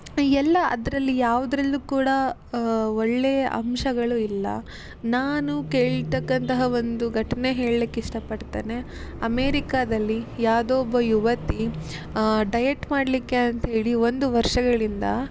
ಎಲ್ಲ ಅದರಲ್ಲಿ ಯಾವುದ್ರಲ್ಲು ಕೂಡ ಒಳ್ಳೆಯ ಅಂಶಗಳು ಇಲ್ಲ ನಾನು ಕೇಳತಕ್ಕಂತಹ ಒಂದು ಘಟನೆ ಹೇಳ್ಲಿಕ್ಕೆ ಇಷ್ಟಪಡ್ತೇನೆ ಅಮೇರಿಕದಲ್ಲಿ ಯಾವುದೊ ಒಬ್ಬ ಯುವತಿ ಡಯೆಟ್ ಮಾಡಲಿಕ್ಕೆ ಅಂತ ಹೇಳಿ ಒಂದು ವರ್ಷಗಳಿಂದ